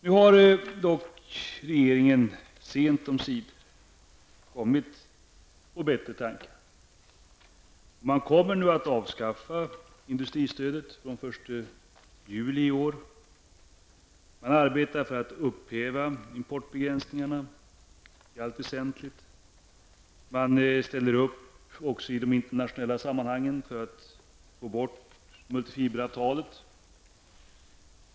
Nu har dock regeringen sent omsider kommit på bättre tankar. Man kommer nu att avskaffa industristödet från den 1 juli i år. Man arbetar för att i allt väsentligt upphäva importbegränsningarna. Man ställer också upp i de internationella sammanhangen för att få bort multifiberavtalet.